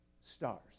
stars